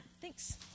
Thanks